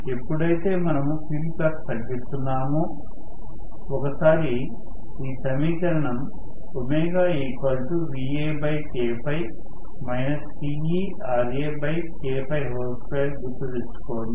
ఎప్పుడైతే మనము field flux తగ్గిస్తున్నామో ఒకసారి ఈ సమీకరణం ω VaK TeRaK2గుర్తు తెచ్చుకోండి